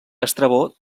estrabó